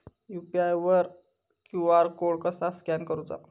UPI वर QR code कसा scan करूचा?